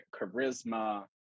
charisma